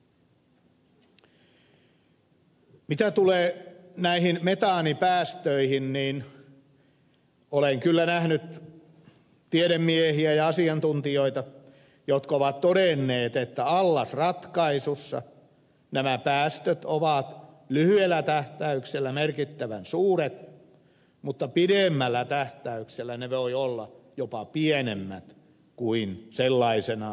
mitä tulee näihin metaanipäästöihin niin olen kyllä nähnyt tiedemiehiä ja asiantuntijoita jotka ovat todenneet että allasratkaisussa nämä päästöt ovat lyhyellä tähtäyksellä merkittävän suuret mutta pidemmällä tähtäyksellä ne voivat olla jopa pienemmät kuin ne olisivat sellaisenaan